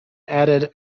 added